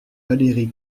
valérie